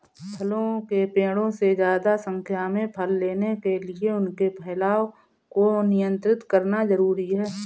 फलों के पेड़ों से ज्यादा संख्या में फल लेने के लिए उनके फैलाव को नयन्त्रित करना जरुरी है